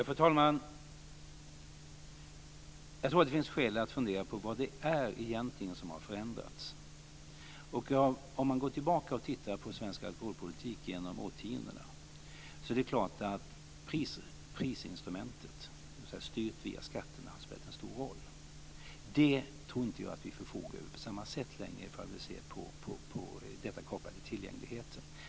Fru talman! Jag tror att det finns skäl att fundera på vad det egentligen är som har förändrats. Om man går tillbaka och tittar på svensk alkoholpolitik genom årtiondena så är det klart att man ser att prisinstrumentet, styrt via skatterna, har spelat en stor roll. Det tror inte jag att vi förfogar över på samma sätt längre om vi ser på detta kopplat till tillgängligheten.